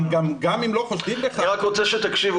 גם אם לא חושדים בך --- אני רק רוצה שתקשיבו,